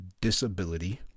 disability